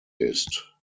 ist